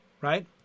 Right